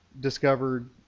discovered